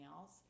else